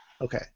Okay